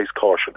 caution